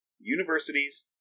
universities